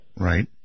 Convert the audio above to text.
Right